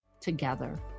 together